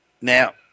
Now